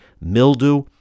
mildew